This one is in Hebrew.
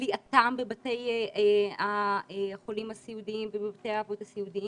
כליאתם בבתי החולים הסיעודיים ובבתי האבות הסיעודיים,